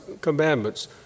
commandments